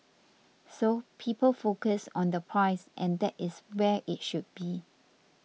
so people focus on the price and that is where it should be